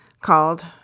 called